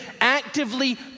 actively